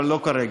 אבל לא כרגע.